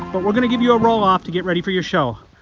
but we're going to give you a roll-off to get ready for your show.